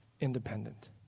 independent